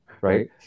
right